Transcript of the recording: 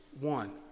one